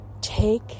take